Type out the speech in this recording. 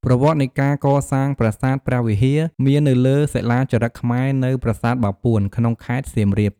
ប្រវត្តិនៃការកសាងប្រាសាទព្រះវិហារ មាននៅលើសិលាចារឹកខ្មែរនៅ ប្រាសាទបាពួន ក្នុងខេត្តសៀមរាប។